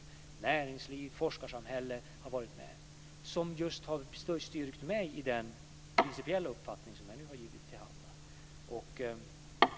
Näringsliv och forskarsamhälle har varit med. Det har styrkt mig i den principiella uppfattning som jag nu har givit till känna.